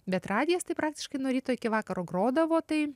bet radijas tai praktiškai nuo ryto iki vakaro grodavo tai